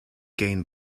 gain